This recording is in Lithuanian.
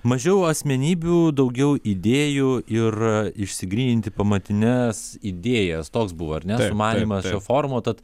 mažiau asmenybių daugiau idėjų ir išsigryninti pamatines idėjas toks buvo ar ne sumanymas šio forumo tad